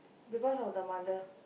because of the mother